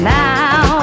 now